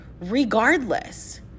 regardless